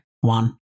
one